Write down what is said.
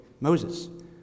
Moses